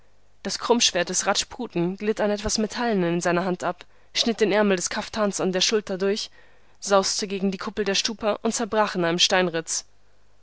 das krummschwert des rajputen glitt an etwas metallenem in seiner hand ab schnitt den ärmel des kaftans an der schulter durch sauste gegen die kuppel der stupa und zerbrach in einem